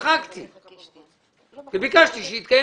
אין לי מה לעשות ואני צריך ללכת